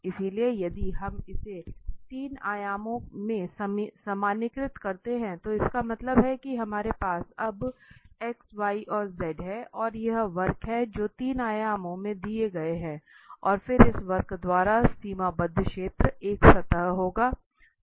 इसलिए यदि हम इसे 3 आयामों में सामान्यीकृत करते हैं तो इसका मतलब है कि हमारे पास अब xyz है और एक वक्र है जो 3 आयामों में दिया गया है और फिर इस वक्र द्वारा सीमाबद्ध क्षेत्र एक सतह होगा